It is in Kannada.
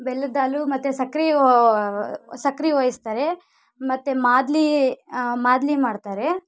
ಬೆಲ್ಲದ್ದಾಲು ಮತ್ತು ಸಕ್ರೆ ವ ಸಕ್ರೆ ಹೊಯಿಸ್ತಾರೆ ಮತ್ತು ಮಾದಲಿ ಮಾದಲಿ ಮಾಡ್ತಾರೆ